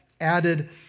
added